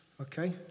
Okay